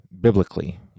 biblically